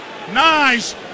Nice